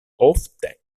ofte